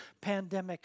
pandemic